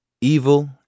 evil